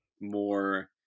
more